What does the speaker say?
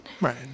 Right